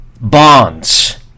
Bonds